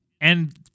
And-